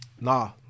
Nah